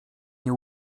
nie